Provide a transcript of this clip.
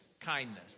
kindness